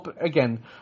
again